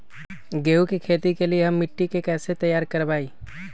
गेंहू की खेती के लिए हम मिट्टी के कैसे तैयार करवाई?